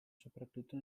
soprattutto